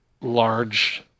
large